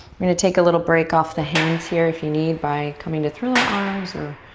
i'm going to take a little break off the hands here if you need by coming to thriller arms or